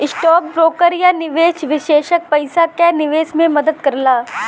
stock broker या निवेश विषेसज्ञ पइसा क निवेश में मदद करला